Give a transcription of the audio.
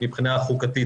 מבחינה חוקתית,